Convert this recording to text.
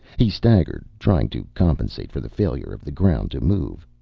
he staggered, trying to compensate for the failure of the ground to move.